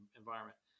environment